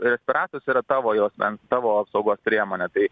respiratorius yra tavo jau asmens tavo apsaugos priemonė tai